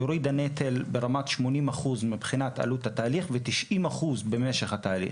היא הורידה נטל ברמת 80% מבחינת עלות התהליך ו-90% במשך התהליך.